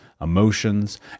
emotions